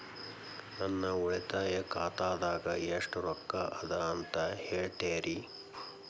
ನನ್ನ ಉಳಿತಾಯ ಖಾತಾದಾಗ ಎಷ್ಟ ರೊಕ್ಕ ಅದ ಅಂತ ಹೇಳ್ತೇರಿ?